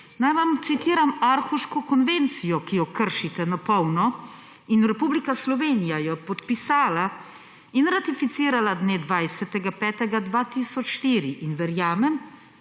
Naj vam citiram Aarhuško konvencijo, ki jo kršite na polno, in Republika Slovenija jo je podpisala in ratificirala 20. 5. 2004 in verjamem,